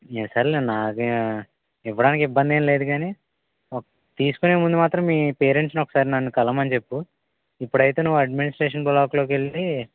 ఇంక సరేలే నాకేం ఇవ్వడానికి ఇబ్బంది ఏం లేదుకానీ తీసుకునే ముందు మాత్రం మీ పేరెంట్స్ని ఒకసారి నన్ను కలవమని చెప్పు ఇప్పుడైతే నువ్వు అడ్మినిస్ట్రేషన్ బ్లాక్లోకి వెళ్ళీ